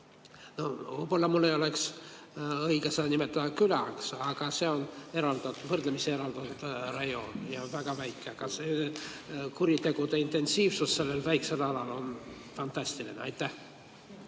– võib-olla ei oleks õige seda nimetada külaks, aga see on eraldatud, võrdlemisi eraldatud rajoon ja väga väike. Ja kuritegude intensiivsus sellel väiksel alal on fantastiline. Aitäh!